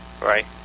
Right